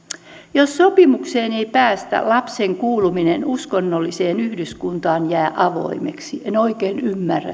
jos sopimukseen ei päästä lapsen kuuluminen uskonnolliseen yhdyskuntaan jää avoimeksi en oikein ymmärrä